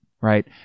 right